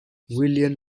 william